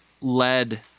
lead